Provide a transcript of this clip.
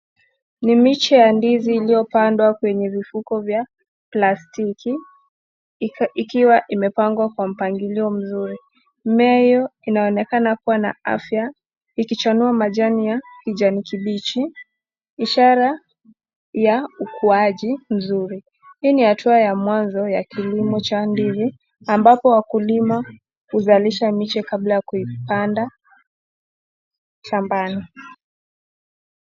Ni miche ya ndizi iliyopandwa kwa vifuko kwa plastiki, ikiwa imepangwa kwa mpangilio mzuri. Mimea hiyo inaonekana kuwa na afya ikichanua majani ya kijani kibichi, ishara ya ukuwaji mzuri. Hii ni hatua ya mwanzo ya kilimo cha ndizi ambapo wakulima huzalisha miche kabla ya kuipanda shambani.